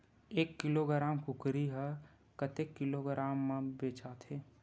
एक किलोग्राम कुकरी ह कतेक किलोग्राम म बेचाथे?